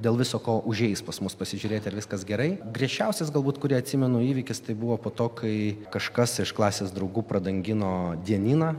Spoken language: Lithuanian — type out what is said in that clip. dėl visa ko užeis pas mus pasižiūrėti ar viskas gerai griežčiausias galbūt kurį atsimenu įvykis tai buvo po to kai kažkas iš klasės draugų pradangino dienyną